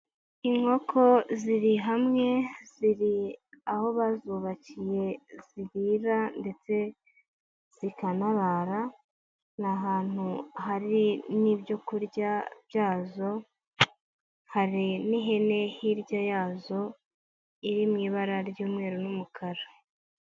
Inkoko ziri hamwe, ziri aho bazubakiye zirira ndetse zikanarara, ni ahantu hari n'ibyo kurya byazo hari n'ihene hirya yazo iri mu ibara ry'umweru n'umukara.